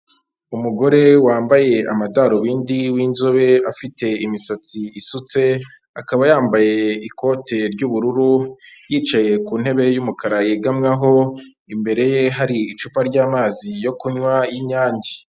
Umugore wambaye amadarubindi w'inzobe, afite imisatsi isutse akaba yambaye ikote ry'ubururu, yicaye ku ntebe y'umukara yegamwaho, imbere ye hari icupa ry'amazi yo kunywa y'inyange.